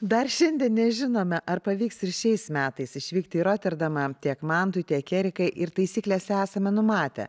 dar šiandien nežinome ar pavyks ir šiais metais išvykti į roterdamą tiek mantui tiek erikai ir taisyklėse esame numatę